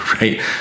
right